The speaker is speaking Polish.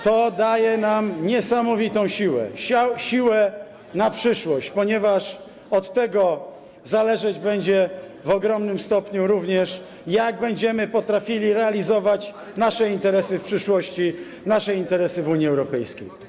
To daje nam niesamowitą siłę, siłę na przyszłość, ponieważ od tego zależeć będzie w ogromnym stopniu również to, jak będziemy potrafili realizować nasze interesy w przyszłości, nasze interesy w Unii Europejskiej.